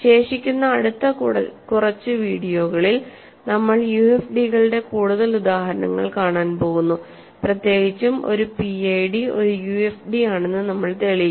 ശേഷിക്കുന്ന അടുത്ത കുറച്ച് വീഡിയോകളിൽ നമ്മൾ യുഎഫ്ഡികളുടെ കൂടുതൽ ഉദാഹരണങ്ങൾ കാണാൻ പോകുന്നു പ്രത്യേകിച്ചും ഒരു പിഐഡി ഒരു യുഎഫ്ഡിയാണെന്നു നമ്മൾ തെളിയിക്കും